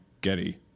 Getty